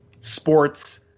sports